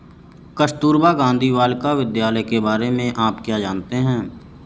कस्तूरबा गांधी बालिका विद्यालय के बारे में आप क्या जानते हैं?